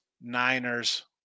Niners